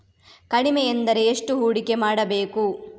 ಕಡಿಮೆ ಎಂದರೆ ಎಷ್ಟು ಹೂಡಿಕೆ ಮಾಡಬೇಕು?